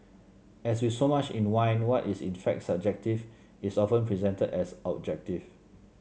as with so much in wine what is in fact subjective is often presented as objective